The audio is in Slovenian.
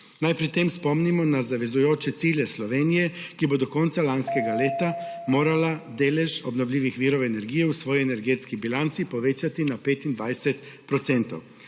Naj pri tem spomnimo na zavezujoče cilje Slovenije, ki bo do konca lanskega leta morala delež obnovljivih virov energije v svoji energetski bilanci povečati na 25